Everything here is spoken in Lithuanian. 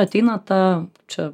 ateina ta čia